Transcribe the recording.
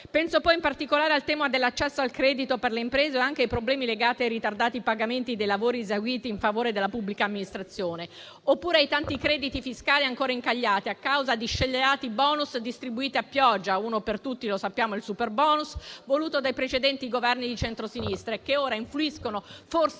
Penso in particolare al tema dell'accesso al credito per le imprese o anche ai problemi legati ai ritardati pagamenti dei lavori eseguiti in favore della pubblica amministrazione, oppure ai tanti crediti fiscali ancora incagliati a causa di scellerati *bonus* distribuiti a pioggia (uno per tutti, il superbonus, voluto dai precedenti Governi di centrosinistra), che ora influiscono forse negativamente